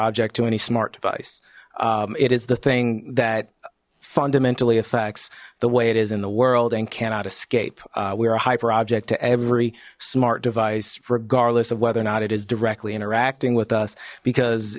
object to any smart device it is the thing that fundamentally affects the way it is in the world and cannot escape we are a hyper object to every smart device regardless of whether or not it is directly interacting with us because